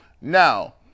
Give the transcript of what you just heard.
now